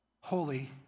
holy